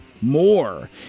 more